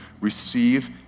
receive